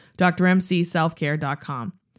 drmcselfcare.com